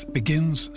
begins